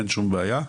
אין שום בעיה.